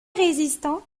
résistants